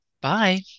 Bye